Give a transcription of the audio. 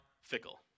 fickle